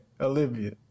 Olivia